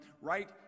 right